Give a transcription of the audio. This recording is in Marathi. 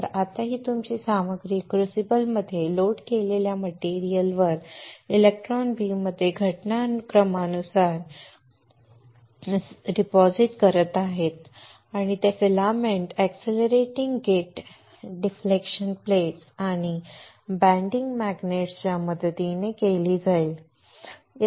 तर आता तुम्ही ही सामग्री क्रुसिबलमध्ये लोड केलेल्या मटेरियलवर इलेक्ट्रॉन बीममध्ये घटनाक्रमानुसार डिपॉझिट करत आहात आणि ते filament accelerating gate deflection plates आणि बेंडिंग मॅग्नेटच्या मदतीने केले जाते